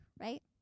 right